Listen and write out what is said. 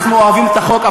אנחנו אוהבים את החוק,